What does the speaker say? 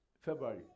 February